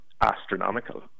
astronomical